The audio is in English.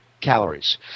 calories